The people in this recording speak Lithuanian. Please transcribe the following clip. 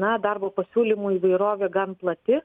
na darbo pasiūlymų įvairovė gan plati